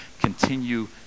continue